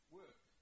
work